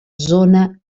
zona